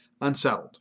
unsettled